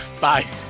Bye